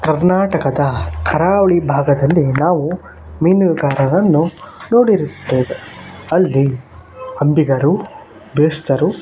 ಕರ್ನಾಟಕದ ಕರಾವಳಿ ಭಾಗದಲ್ಲಿ ನಾವು ಮೀನುಗಾರರನ್ನು ನೋಡಿರುತ್ತೇವೆ ಅಲ್ಲಿ ಅಂಬಿಗರು ಬೇಸ್ತರು